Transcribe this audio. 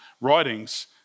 writings